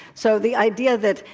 so, the idea that,